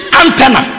antenna